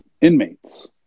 inmates